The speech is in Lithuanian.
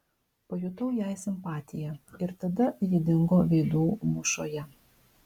pajutau jai simpatiją ir tada ji dingo veidų mūšoje